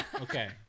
okay